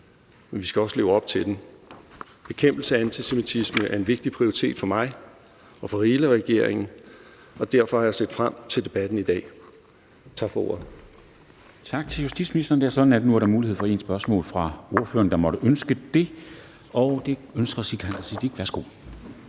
men vi skal også leve op til den. Bekæmpelse af antisemitisme er en vigtig prioritet for mig og for hele regeringen, og derfor har jeg set frem til debatten i dag. Tak for ordet.